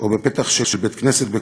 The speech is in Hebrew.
או בפתח של בית-כנסת בקופנהגן,